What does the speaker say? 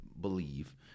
believe